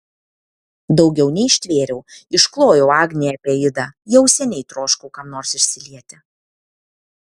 daugiau neištvėriau išklojau agnei apie idą jau seniai troškau kam nors išsilieti